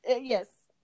yes